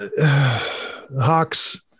Hawks